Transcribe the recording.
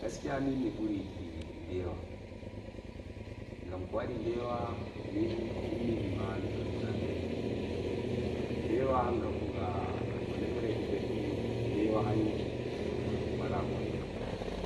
gaskiya min mi buri yikki bewa gam ko wadi bewa min ko ummi mima mi don ndura be'i bewa hanga ko nanmi beldum mun bewa hanjn ndurgol mun wala bone